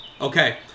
Okay